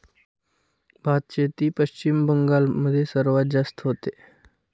भातशेती पश्चिम बंगाल मध्ये सर्वात जास्त होते